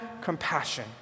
compassion